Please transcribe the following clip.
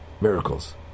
miracles